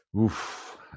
Oof